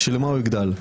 מה הוא יגדל?